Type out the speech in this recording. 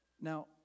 Now